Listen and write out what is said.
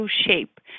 shape